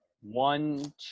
one